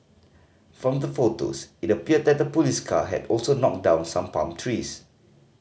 from the photos it appeared that the police car had also knocked down some palm trees